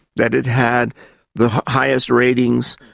that it had the highest ratings,